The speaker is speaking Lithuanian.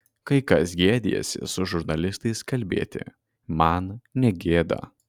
kai kas gėdijasi su žurnalistais kalbėti man negėda